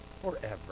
forever